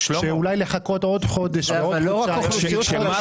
אולי לחכות עוד חודש או עוד חודשיים.